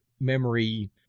memory